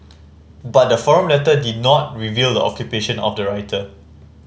but the forum letter did not reveal the occupation of the writer